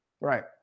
right